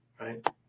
right